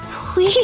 please,